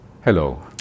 hello